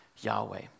Yahweh